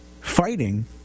fighting